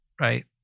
Right